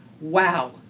wow